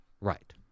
Right